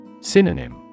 Synonym